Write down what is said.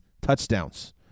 touchdowns